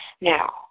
Now